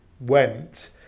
went